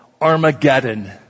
Armageddon